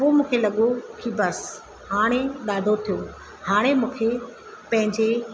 पोइ मूंखे लॻो कि बस हाणे ॾाढो थियो हाणे मूंखे पंहिंजे